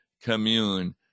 commune